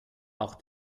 auch